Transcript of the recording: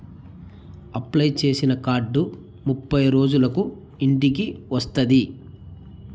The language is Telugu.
అప్లై చేసిన కార్డు ముప్పై రోజులకు ఇంటికి వస్తాది